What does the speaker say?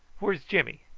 where's jimmy?